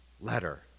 letter